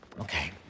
Okay